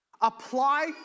apply